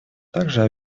также